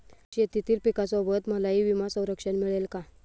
शेतीतील पिकासोबत मलाही विमा संरक्षण मिळेल का?